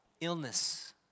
illness